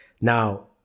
Now